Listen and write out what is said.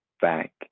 back